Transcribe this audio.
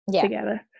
together